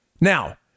Now